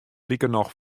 likernôch